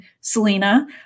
Selena